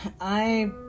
I-